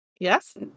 Yes